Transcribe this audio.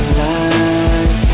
life